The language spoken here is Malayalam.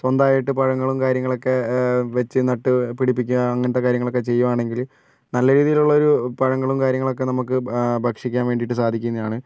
സ്വന്തമായിട്ട് പഴങ്ങളും കാര്യങ്ങളൊക്കെ വെച്ച് നട്ട് പിടിപ്പിക്കുക അങ്ങനത്തെ കാര്യങ്ങളൊക്കെ ചെയ്യുകയാണെങ്കിൽ നല്ല രീതിയിലുള്ളൊരു പഴങ്ങളും കാര്യങ്ങളൊക്കെ നമുക്ക് ഭക്ഷിക്കാൻ വേണ്ടിയിട്ട് സാധിക്കുന്നതാണ്